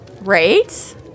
right